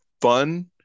fun